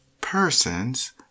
persons